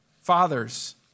Fathers